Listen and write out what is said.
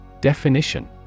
Definition